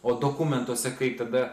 o dokumentuose kaip tada